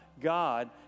God